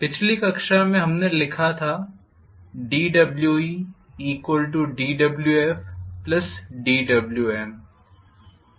पिछली कक्षा में हमने लिखा था dWedWfdWm